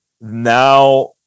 now